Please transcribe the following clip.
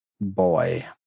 boy